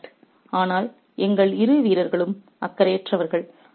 ' 'ஆனால் எங்கள் இரு வீரர்களும் அக்கறையற்றவர்கள்